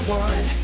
one